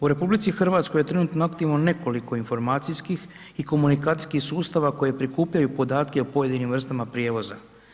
U RH je trenutno aktivno nekoliko informacijskih i komunikacijskih sustava koji prikupljaju podatke o pojedinim vrstama prijevoza.